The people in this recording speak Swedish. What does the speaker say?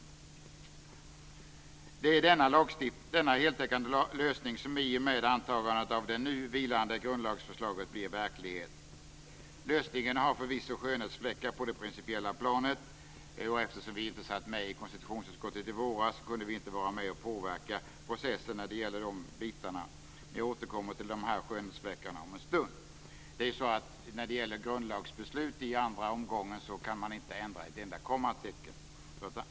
Det är denna heltäckande lösning som i och med antagandet av det nu vilande grundlagsförslaget blir verklighet. Lösningen har förvisso skönhetsfläckar på det principiella planet, och eftersom vi inte satt med i konstitutionsutskottet i våras kunde vi ju inte påverka processen på dessa punkter. Jag återkommer till dessa skönhetsfläckar om en stund. När det gäller grundlagsbeslut i andra omgången kan man ju inte ändra ett enda kommatecken.